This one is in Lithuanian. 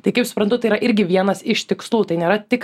tai kaip suprantu tai yra irgi vienas iš tikslų tai nėra tik